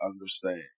understand